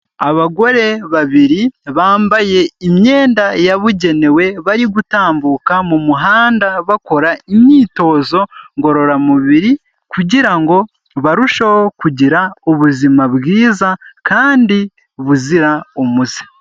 Abagore babiri bambaye imyenda yabugenewe bari gutambuka mu muhanda bakora imyitozo ngorora mubiri, kugira ngo barusheho kugira ubuzima bwiza kandi buzira umuze.